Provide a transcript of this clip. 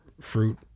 fruit